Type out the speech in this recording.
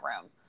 room